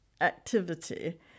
activity